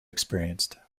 experienced